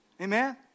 Amen